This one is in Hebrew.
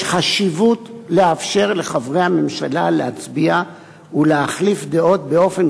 יש חשיבות לאפשר לחברי הממשלה להצביע ולהחליף דעות באופן